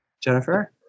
Jennifer